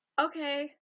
okay